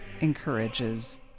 encourages